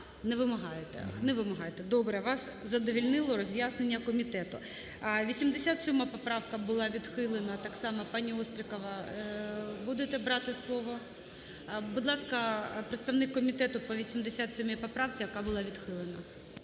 Не вимагаєте. Добре. Вас задовольнило роз'яснення комітету. 87 поправка була відхилена. Так само, пані Острікова, будете брати слово? Будь ласка, представник комітету по 87 поправці, яка була відхилена.